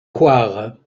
coire